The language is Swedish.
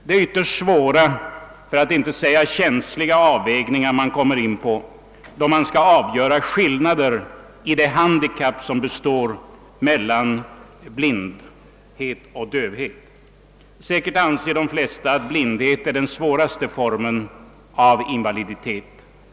Det är ytterst svåra och känsliga avvägningar man kommer in på, när man skall försöka bedöma graden av handikapp vid blindhet jämförd med dövhet. De flesta människor anser säkerligen — och med rätta — att blindhet är den svåraste formen av invaliditet.